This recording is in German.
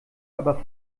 aber